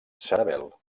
cerebel